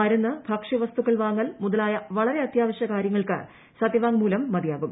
മരുന്ന് ഭക്ഷൃവസ്തുക്കൾ വാങ്ങൽ മുതലായ വളരെ അത്യാവശ്യ കാര്യങ്ങൾക്ക് സത്യവാംഗ്മൂലം മതിയാകും